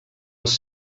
els